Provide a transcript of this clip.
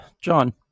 John